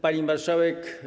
Pani Marszałek!